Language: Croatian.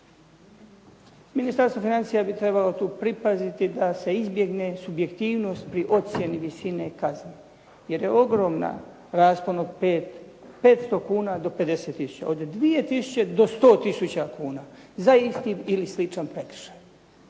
Ministarstvo financija bi trebalo tu pripaziti da se izbjegne subjektivnost pri ocjeni visine kazni jer je ogroman raspon od 500 kuna do 50 000, od 2 000 do 100 000 kuna za isti ili sličan prekršaj.